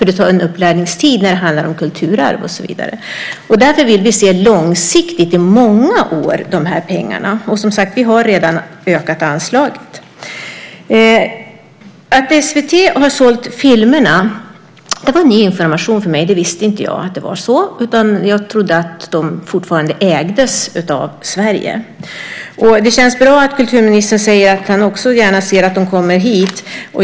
Det behövs en upplärningstid när det handlar om kulturarv och så vidare. Därför vill vi se de här pengarna långsiktigt, i många år, och vi har som sagt redan ökat anslaget. Att SVT har sålt filmerna var ny information för mig. Det visste inte jag. Jag trodde att de fortfarande ägdes av Sverige. Det känns bra att kulturministern säger att han också gärna ser att de kommer hit.